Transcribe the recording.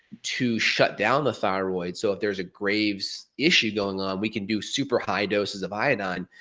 to shutdown the thyroid. so if there's a graves' issue going on, we can do super high doses of iodine,